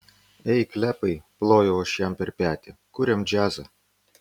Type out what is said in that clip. ei klepai plojau aš jam per petį kuriam džiazą